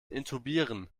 intubieren